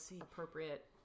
appropriate